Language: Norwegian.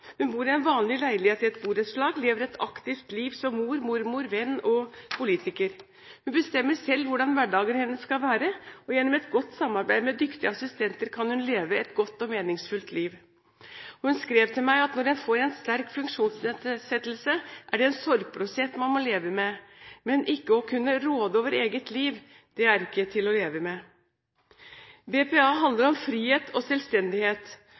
Hun bor i en vanlig leilighet i et borettslag og lever et aktivt liv som mor, mormor, venn og politiker. Hun bestemmer selv hvordan hverdagen hennes skal være, og gjennom et godt samarbeid med dyktige assistenter kan hun leve et godt og meningsfylt liv. Hun skrev til meg at når en får en sterk funksjonsnedsettelse, er det en sorgprosess man må leve med. Men ikke å kunne råde over eget liv, er ikke til å leve med. BPA handler om frihet og selvstendighet.